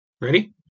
Ready